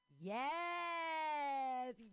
yes